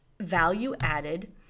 value-added